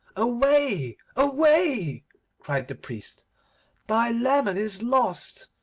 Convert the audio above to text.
away! away cried the priest thy leman is lost,